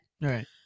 right